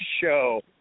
show